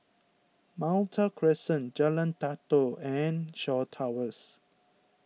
Malta Crescent Jalan Datoh and Shaw Towers